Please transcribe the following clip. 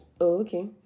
okay